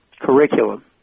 curriculum